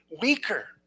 weaker